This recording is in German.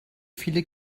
viele